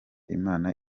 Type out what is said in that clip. imana